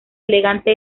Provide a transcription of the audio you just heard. elegante